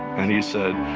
and he said,